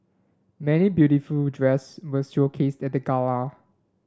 many beautiful dress were showcased at the gala